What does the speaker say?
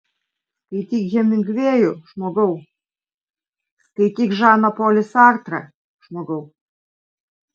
skaityk hemingvėjų žmogau skaityk žaną polį sartrą žmogau